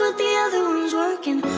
the other one's working